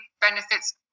benefits